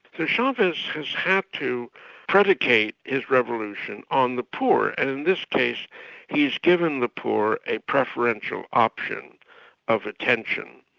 so chavez has had to predicate his revolution on the poor, and in this case he's given the poor a preferential option of attention.